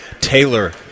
Taylor